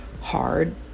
hard